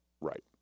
Right